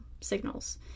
signals